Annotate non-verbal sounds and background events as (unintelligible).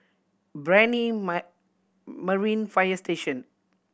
Brani (unintelligible) Marine Fire Station